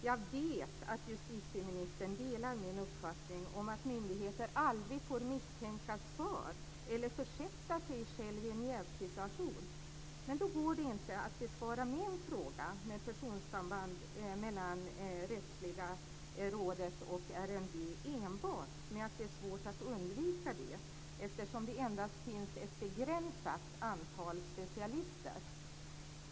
Jag vet att justitieministern delar min uppfattning om att myndigheter aldrig får misstänkas för, eller försätta sig själva i, en jävssituation. Men då går det inte att besvara min fråga om personsamband mellan Rättsliga rådet och RMV enbart med att det är svårt att undvika detta eftersom det endast finns ett begränsat antal specialister.